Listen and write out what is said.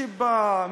שבא,